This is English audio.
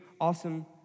awesome